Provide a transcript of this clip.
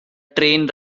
train